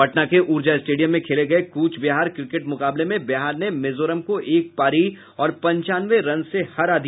पटना के ऊर्जा स्टेडियम में खेले गये कूच बिहार क्रिकेट मुकाबले में बिहार ने मिजोरम को एक पारी और पचानवे रन से हरा दिया